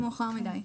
זה יהיה מאוחר מדי.